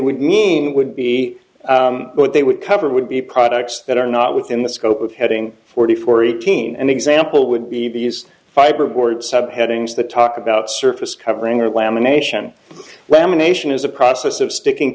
would mean would be what they would cover would be products that are not within the scope of heading forty four eighteen an example would be these fiberboard subheadings that talk about surface covering or lamination lamination is a process of sticking